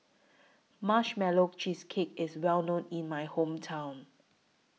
Marshmallow Cheesecake IS Well known in My Hometown